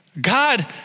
God